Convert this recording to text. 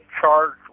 charged